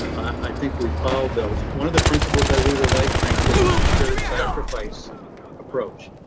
i think we've followed those. one of the principles i really liked, frankly, is the shared sacrifice approach.